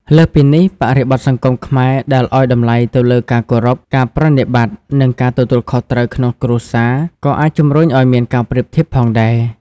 លើសពីនេះ បរិបទសង្គមខ្មែរដែលឲ្យតម្លៃទៅលើការគោរព ការប្រណិប័តន៍ និងការទទួលខុសត្រូវក្នុងគ្រួសារ ក៏អាចជំរុញឲ្យមានការប្រៀបធៀបផងដែរ។